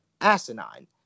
asinine